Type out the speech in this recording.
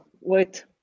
wait